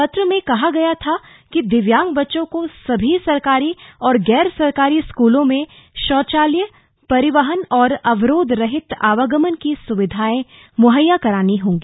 पंत्र में कहा गया था कि दिव्यांग बच्चों को सभी सरकारी और गैर सरकारी स्कूलों में शौचालय परिवहन और अवरोध रहित आवागमन की सुविधाएं मुहैया करानी होंगी